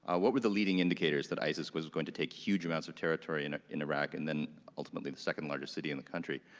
ah what were the leading indicators that isis was going to take huge amounts of territory in ah in iraq and then ultimately the second largest city in the country?